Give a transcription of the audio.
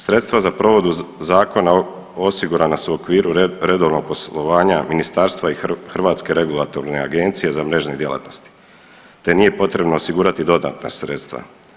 Sredstva za provedbu zakona osigurana su u okviru redovnog poslovanja ministarstva i Hrvatske regulatorne agencije za mrežne djelatnosti te nije potrebno osigurati dodatna sredstva.